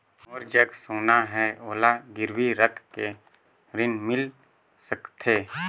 मोर जग सोना है ओला गिरवी रख के ऋण मिल सकथे?